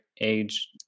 age